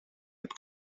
heb